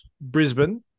Brisbane